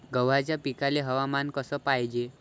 गव्हाच्या पिकाले हवामान कस पायजे?